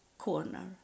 corner